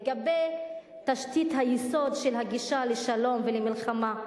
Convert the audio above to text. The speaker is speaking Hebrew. לגבי תשתית היסוד של הגישה לשלום ולמלחמה.